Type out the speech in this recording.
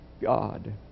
God